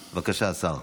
בבקשה, השר.